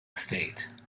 state